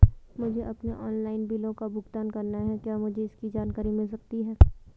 मुझे अपने ऑनलाइन बिलों का भुगतान करना है क्या मुझे इसकी जानकारी मिल सकती है?